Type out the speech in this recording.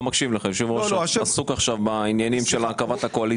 הוא עסוק עכשיו בעניינים של הרכבת הקואליציה.